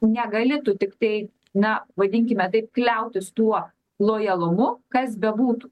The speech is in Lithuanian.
negali tu tiktai na vadinkime taip kliautis tuo lojalumu kas bebūtų